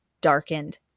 darkened